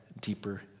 deeper